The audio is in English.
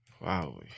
Wow